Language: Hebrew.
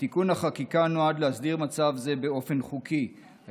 ותיקון החקיקה נועד להסדיר מצב זה בחוק על